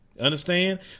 Understand